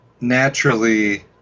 naturally